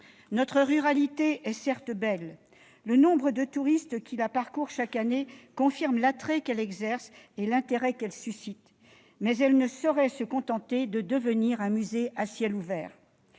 Notre ruralité est belle, certes, et le nombre de touristes qui la parcourent chaque année confirme l'attrait qu'elle exerce et l'intérêt qu'elle suscite, mais elle ne saurait se contenter de devenir un musée à ciel ouvert